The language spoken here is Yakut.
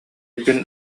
күн